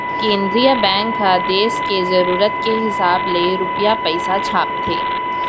केंद्रीय बेंक ह देस के जरूरत के हिसाब ले रूपिया पइसा छापथे